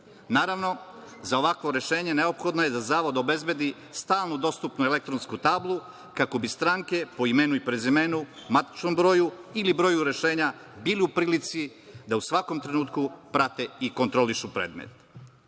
dostave. Naravno, za ovakvo rešenje neophodno je da zavod obezbedi stalno dostupnu elektronsku tablu, kako bi stranke po imenu i prezimenu, matičnom broju ili broju rešenja, bile u prilici da u svakom trenutku prate i kontrolišu predmet. Takođe,